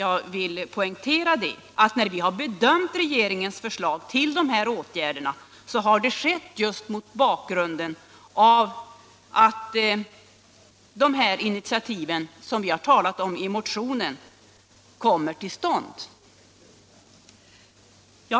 Jag vill poängtera att vår 109 bedömning av regeringens förslag till åtgärder har gjorts mot bakgrunden av att de initiativ som vi tagit upp i motionen kommer till stånd.